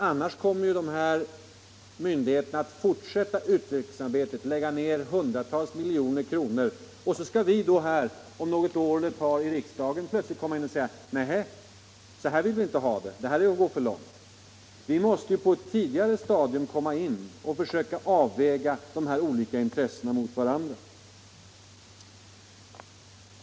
Annars kommer de här myndigheterna att fortsätta utvecklingsarbetet och lägga ner hundratals miljoner kronor, och så skall vi här i riksdagen om något eller några år plötsligt komma in och säga: ”Nej, så här vill vi inte ha det! Det här är att gå för långt!” Vi måste på ett tidigare stadium försöka avväga de olika intressena mot varandra.